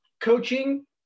coaching